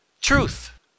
truth